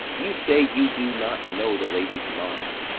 you say you do not know the lady's mind.